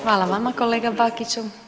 Hvala vama kolega Bakiću.